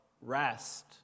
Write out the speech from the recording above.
rest